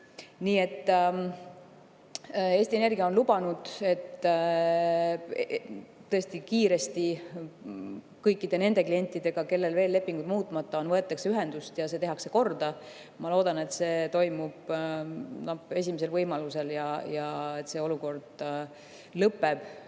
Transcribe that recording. kõigub. Eesti Energia on lubanud kiiresti kõikide nende klientidega, kellel veel lepingud muutmata on, ühendust võtta ja see tehakse korda. Ma loodan, et see toimub esimesel võimalusel ja see olukord laheneb